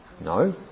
No